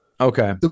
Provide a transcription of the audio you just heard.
Okay